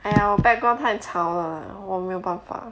!aiya! 我 background 太吵了我没有办法